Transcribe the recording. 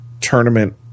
tournament